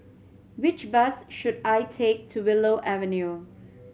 which bus should I take to Willow Avenue